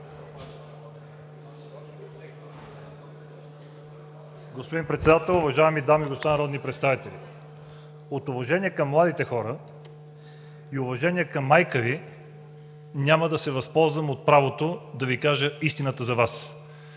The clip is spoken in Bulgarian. Господин Председател, уважаеми дами и господа народни представители! От уважение към младите хора и уважение към майка Ви няма да се възползвам от правото да Ви кажа истината за Вас.